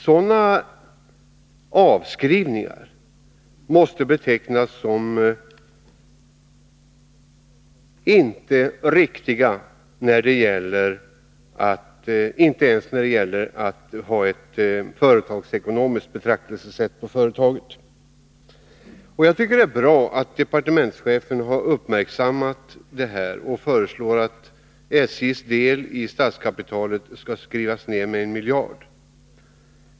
Sådana avskrivningar måste betecknas som inte riktiga ens när det gäller att ha ett företagsekonomiskt betraktelsesätt på företaget. Jag tycker att det är bra att departementschefen har uppmärksammat detta och föreslår att SJ:s del av statskapitalet skall skrivas ned med 1 miljard.